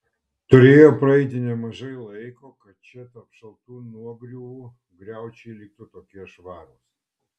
turėjo praeiti nemažai laiko kad čia tarp šaltų nuogriuvų griaučiai liktų tokie švarūs